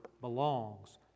belongs